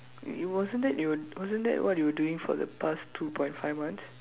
it it wasn't that your wasn't that what you're doing for the past two point five months